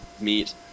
meet